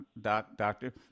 doctor